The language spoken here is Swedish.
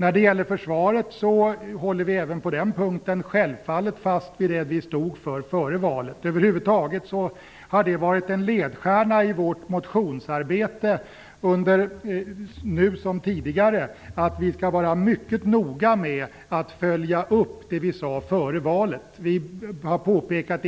När det gäller försvaret håller vi även på den punkten självfallet fast vid det vi stod för före valet. Över huvud taget har det varit en ledstjärna i vårt motionsarbete nu som tidigare att vi skall vara mycket noga med att följa upp det vi sade före valet. Vi har i en motion påpekat att